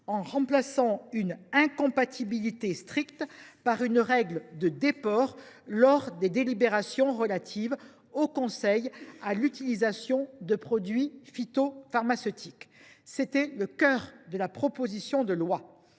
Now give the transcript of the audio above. de remplacer une incompatibilité stricte par une règle de déport lors des délibérations relatives au conseil sur l’utilisation de produits phytopharmaceutiques. C’était le cœur du texte.